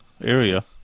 area